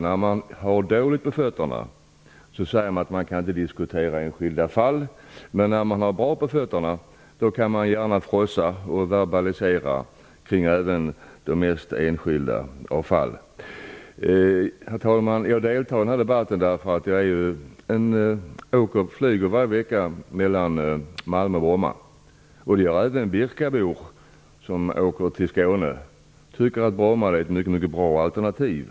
När man har dåligt på fötterna säger man att man inte kan diskutera enskilda fall, men när man har bra på fötterna kan man gärna frossa och verbalisera även kring de mesta enskilda fall. Herr talman! Jag deltar i debatten därför att jag varje vecka flyger mellan Malmö och Bromma. Även Birkabor som åker till Skåne tycker att Bromma är ett mycket bra alternativ.